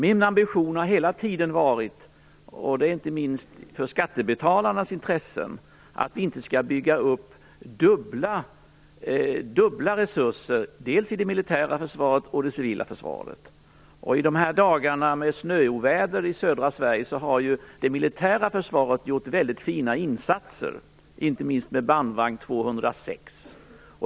Min ambition har hela tiden varit - inte minst för skattebetalarnas intressen - att vi inte skall bygga upp dubbla resurser, dels i det militära försvaret, dels i det civila försvaret. Under de här dagarna med snöoväder i södra Sverige har det militära försvaret gjort mycket fina insatser, inte minst med bandvagn 206.